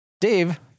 Dave